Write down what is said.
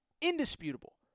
indisputable